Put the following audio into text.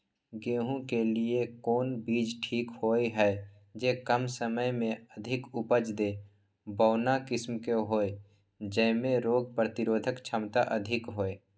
गेहूं के लिए कोन बीज ठीक होय हय, जे कम समय मे अधिक उपज दे, बौना किस्म के होय, जैमे रोग प्रतिरोधक क्षमता अधिक होय?